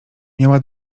miała